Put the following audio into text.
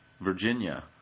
Virginia